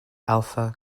alpha